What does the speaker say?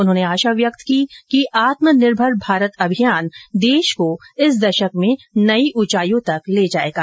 उन्होंने आशा व्यक्त की कि आत्मनिर्भर भारत अभियान देश को इस दशक में नई ऊंचाइयों तक ले जाएगा